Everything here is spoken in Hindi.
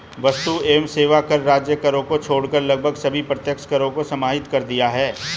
वस्तु एवं सेवा कर राज्य करों को छोड़कर लगभग सभी अप्रत्यक्ष करों को समाहित कर दिया है